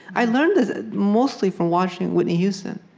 i learned this, mostly, from watching whitney houston.